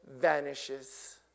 vanishes